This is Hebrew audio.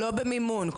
לא במימון,